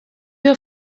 your